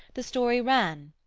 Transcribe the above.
the story ran.